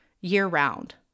year-round